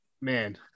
man